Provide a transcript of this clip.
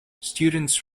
students